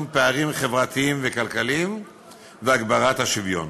פערים חברתיים וכלכליים ולהגברת השוויון,